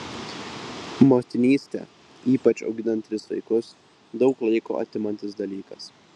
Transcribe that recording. motinystė ypač auginant tris vaikus daug laiko atimantis dalykas